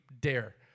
dare